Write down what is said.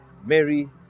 Mary